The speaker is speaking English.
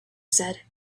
said